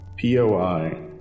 POI